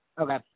Okay